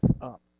up